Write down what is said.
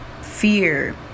fear